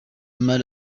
mal